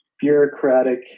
bureaucratic